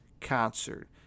concert